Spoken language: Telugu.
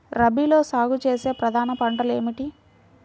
రబీలో సాగు చేసే ప్రధాన పంటలు ఏమిటి?